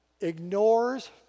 ignores